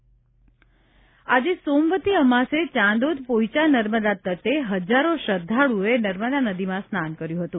સોમવતી અમાસ આજે સોમવતી અમાસે ચાંદોદ પોઇચા નર્મદા તટે હજારો શ્રદ્વાળુઓએ નર્મદા નદીમાં સ્નાન કર્યું હતું